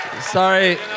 Sorry